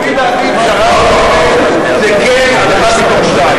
לפי דעתי זו פשרה הוגנת: זה כן על אחד מהשניים.